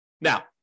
Now-